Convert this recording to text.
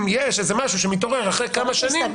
אם יש משהו שמתעורר אחרי כמה שנים,